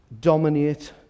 dominate